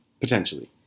potentially